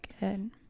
good